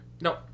No